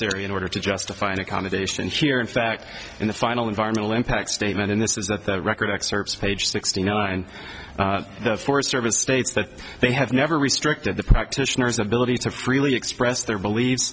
necessary in order to justify an accommodation here in fact in the final environmental impact statement in this is that the record excerpts of page sixteen and the forest service states that they have never restricted the practitioner's ability to freely express their beliefs